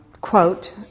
quote